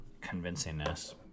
convincingness